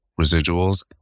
residuals